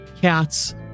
cats